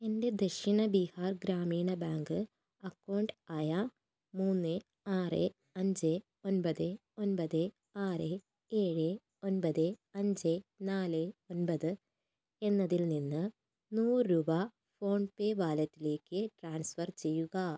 എൻ്റെ Dakshin Bihar Gramin bank account ആയ മൂന്ന് ആറ് അഞ്ച് ഒൻപത് ഒൻപത് ആറ് ഏഴ് ഒൻപത് അഞ്ച് നാല് ഒൻപത് എന്നതിൽ നിന്ന് നൂറ് രൂപ ഫോൺപേ വാലറ്റിലേക്ക് ട്രാൻസ്ഫർ ചെയ്യുക